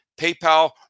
PayPal